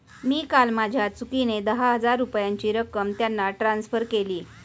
मी काल माझ्या चुकीने दहा हजार रुपयांची रक्कम त्यांना ट्रान्सफर केली